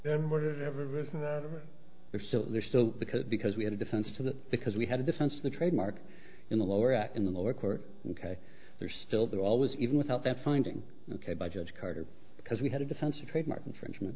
then whatever is in there is still there so because because we had a defense to that because we had a defense the trademark in the lower ak in the lower court ok they're still there always even without that finding ok by judge carter because we had a defense a trademark infringement